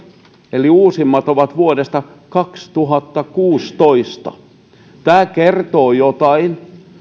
eli uusimmat ovat vuodesta kaksituhattakuusitoista tämä kertoo jotain